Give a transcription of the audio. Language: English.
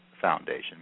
Foundation